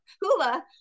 hula